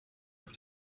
auf